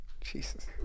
Jesus